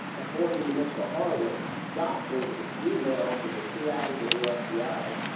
according to mr. horowitz, doctored an email from the c i a. to the f b i.